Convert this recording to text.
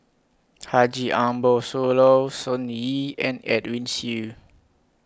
Haji Ambo Sooloh Sun Yee and Edwin Siew